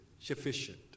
sufficient